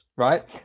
Right